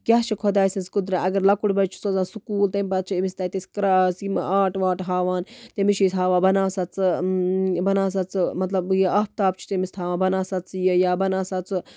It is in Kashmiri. کیاہ چھِ خۄداے سٕنٛز قُدرَت اَگر لۄکُٹ بَچہٕ چھِ سوزان سکوٗل ز تَمہِ پَتہٕ چھِ أمِس پَتہٕ یِم کراز یِم آرٹ واٹ ہاوان تٔمِس چھِ أسۍ ہاوان بَناو سا ژٕ بِناو سا ژٕ مطلب یہِ آفتاب چھُ تٔمِس تھاوان بَناو سا ژٕ یہِ یا